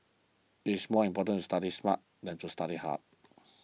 it is more important to study smart than to study hard